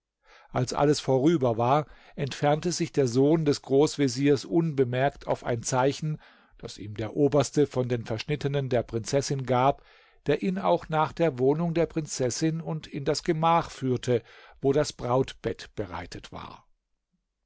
als alles vorüber war entfernte sich der sohn des großveziers unbemerkt auf ein zeichen das ihm der oberste von den verschnittenen der prinzessin gab der ihn auch nach der wohnung der prinzessin und in das gemach führte wo das brautbett bereitet war